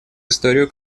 историю